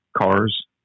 cars